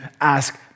ask